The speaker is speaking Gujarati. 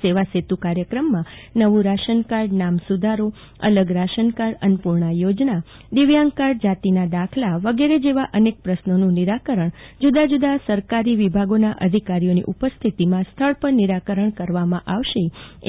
આ સેવાસેતુ કાર્યક્રમમાં નવું રાશનકાર્ડ નામ સુધારો અલગ રાશનકાર્ડ અન્નપૂર્ણા યોજના દિવ્યાંગ કાર્ડ જાતિના દાખલા વગેરે જેવા અનેક પ્રશ્નોનું નિરાકરણ જુદા જુદા સરકારી વિભાગોના અધિકારીઓની ઉપસ્થિતિમાં શક્ય તેટલા સ્થળ પર જ નિરાકરણ કરાશે